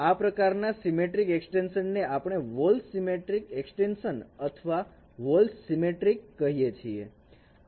આ પ્રકારના symmetric extension ને આપણે વોલ સિમેટ્રીક એક્સટેન્શન અથવા વોલ સિમેટ્રીક કહીએ છીએ